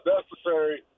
necessary